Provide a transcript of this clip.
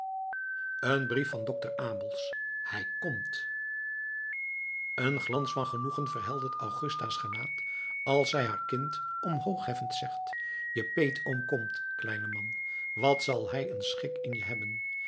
een brief van dokter abels hij komt eens glans van genoegen verheldert augusta's gelaat als zij haar kind omhoogheffend zegt je peetoom komt kleine man wat zal hij een schik in je hebben